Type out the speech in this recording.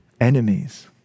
enemies